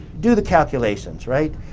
do the calculations right,